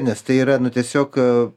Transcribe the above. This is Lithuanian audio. nes tai yra tiesiog